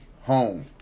home